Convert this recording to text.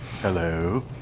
Hello